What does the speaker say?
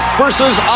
versus